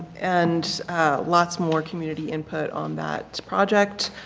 and lots more community input on that project.